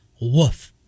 Woof